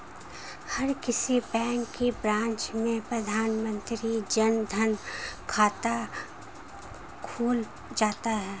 हर किसी बैंक की ब्रांच में प्रधानमंत्री जन धन खाता खुल जाता है